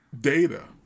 Data